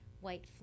white